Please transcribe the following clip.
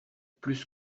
plus